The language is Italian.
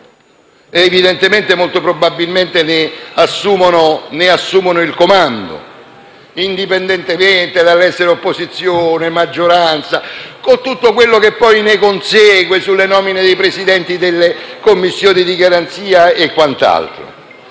Misto, molto probabilmente ne assumono il comando, com'è evidente, indipendentemente dall'essere di opposizione o di maggioranza, con tutto quello che ne consegue sulle nomine dei Presidenti delle Commissioni di garanzie e quant'altro.